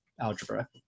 algebra